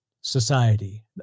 society